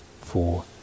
four